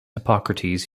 hippocrates